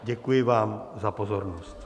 Děkuji vám za pozornost.